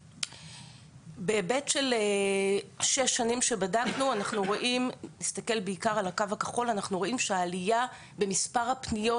בהיבט של שש שנים שבדקנו אנחנו רואים שהעלייה במספר הפניות